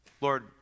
Lord